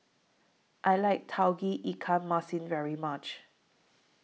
I like Tauge Ikan Masin very much